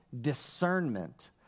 discernment